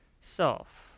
self